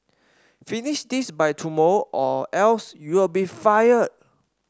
finish this by tomorrow or else you'll be fired